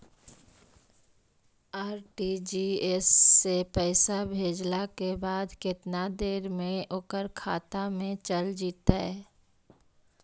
RTGS से पैसा भेजला के बाद केतना देर मे ओकर खाता मे चल जितै?